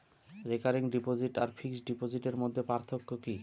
Recurring deposit আর fixed ডিপোজিটের মধ্যে পার্থক্য কি?